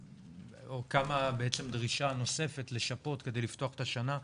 קמה בעצם דרישה נוספת לשפות כדי לפתוח את השנה.